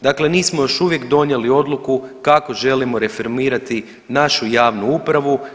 Dakle nismo još uvijek donijeli odluku kako želimo reformirati našu javnu upravu.